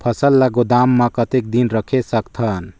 फसल ला गोदाम मां कतेक दिन रखे सकथन?